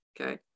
okay